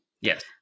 Yes